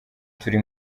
turi